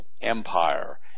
empire